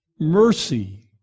Mercy